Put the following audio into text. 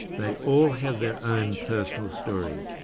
they all have their own personal story.